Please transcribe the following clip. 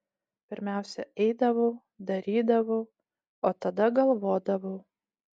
pirmiausia eidavau darydavau o tada galvodavau